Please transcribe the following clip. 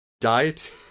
Diet